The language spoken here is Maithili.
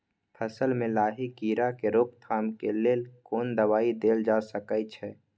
फसल में लाही कीरा के रोकथाम के लेल कोन दवाई देल जा सके छै?